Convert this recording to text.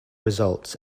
results